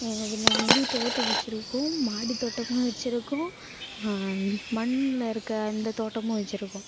எங்கள் நாங்கள் வந்து தோட்டம் வச்சுருக்கோம் மாடி தோட்டமாக வச்சுருக்கோம் மண்ணில் இருக்கற அந்த தோட்டமும் வச்சுருக்கோம்